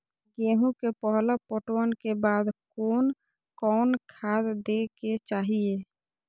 गेहूं के पहला पटवन के बाद कोन कौन खाद दे के चाहिए?